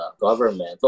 government